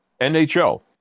NHL